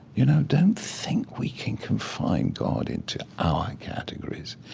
you know, don't think we can confine god into our categories.